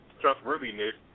trustworthiness